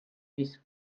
mis